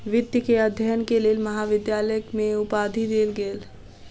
वित्त के अध्ययन के लेल महाविद्यालय में उपाधि देल गेल